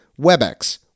Webex